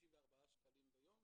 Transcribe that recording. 94 שקלים ביום,